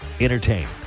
Entertain